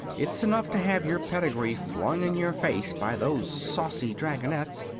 it's enough to have your pedigree flung in your face by those saucy dragonettes.